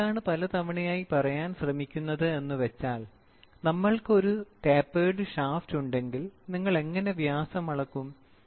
ഞാൻ എന്താണ് പല തവണയായി പറയാൻ ശ്രമിക്കുന്നത് എന്ന് വച്ചാൽ നമ്മൾക്ക് ഒരു ടാപ്പേർഡ് ഷാഫ്റ്റ് ഉണ്ടെങ്കിൽ നിങ്ങൾ എങ്ങനെ വ്യാസം അളക്കും